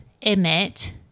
emit